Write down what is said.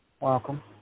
Welcome